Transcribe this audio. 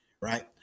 right